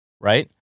Right